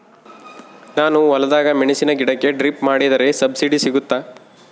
ನಾನು ಹೊಲದಾಗ ಮೆಣಸಿನ ಗಿಡಕ್ಕೆ ಡ್ರಿಪ್ ಮಾಡಿದ್ರೆ ಸಬ್ಸಿಡಿ ಸಿಗುತ್ತಾ?